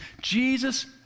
Jesus